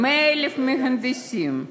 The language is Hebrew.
100,000 מהנדסים,